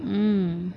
mm